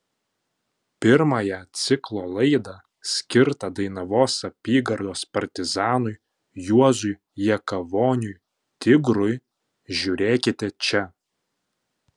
pirmąją ciklo laidą skirtą dainavos apygardos partizanui juozui jakavoniui tigrui žiūrėkite čia